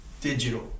digital